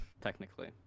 technically